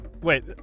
Wait